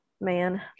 man